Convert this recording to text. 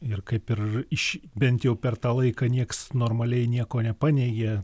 ir kaip ir iš bent jau per tą laiką nieks normaliai nieko nepaneigė